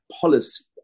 policy